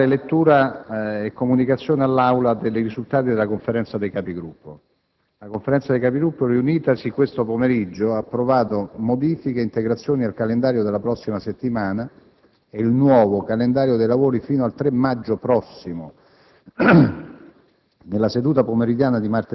interrogazioni, do comunicazione all'Aula dei risultati della Conferenza dei Capigruppo. La Conferenza dei Capigruppo riunitasi questo pomeriggio ha approvato modifiche e integrazioni al calendario della prossima settimana e il nuovo calendario dei lavori fino al 3 maggio prossimo.